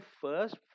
first